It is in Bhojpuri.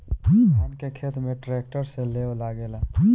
धान के खेत में ट्रैक्टर से लेव लागेला